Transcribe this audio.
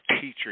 teacher